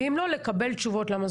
ואם לא, לקבל תשובות למה.